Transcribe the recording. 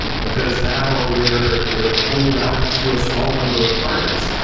because now you're you're only routing through a small number of parties.